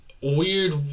weird